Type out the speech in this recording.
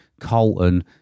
Colton